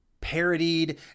parodied